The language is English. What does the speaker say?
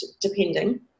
depending